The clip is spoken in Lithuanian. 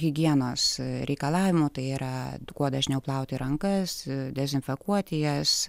higienos reikalavimų tai yra kuo dažniau plauti rankas dezinfekuoti jas